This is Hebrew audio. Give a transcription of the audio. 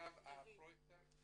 עכשיו הפרויקטור.